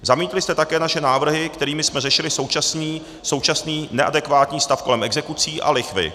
Zamítli jste také naše návrhy, kterými jsme řešili současný neadekvátní stav kolem exekucí a lichvy.